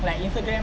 like instagram